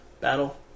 battle